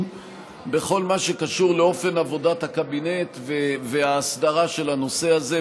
בכל מה שקשור לאופן עבודת הקבינט וההסדרה של הנושא הזה,